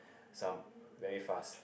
some very fast